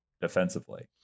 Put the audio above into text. defensively